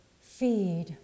Feed